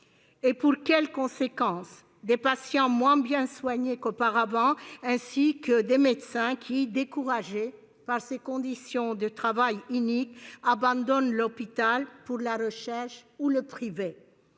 Pour quelles conséquences ? Des patients moins bien soignés qu'auparavant, ainsi que des médecins qui, découragés par ces conditions de travail iniques, abandonnent l'hôpital pour la recherche ou le privé.